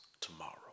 tomorrow